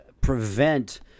prevent